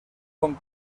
con